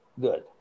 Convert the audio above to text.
good